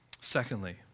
Secondly